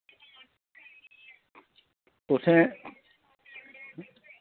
तुसैं